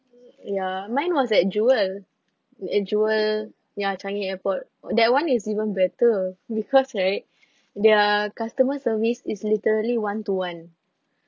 ya mine was at jewel at jewel ya changi airport that one is even better because right their customer service is literally one-to-one